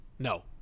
No